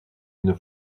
une